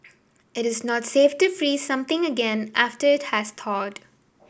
it is not safe to freeze something again after it has thawed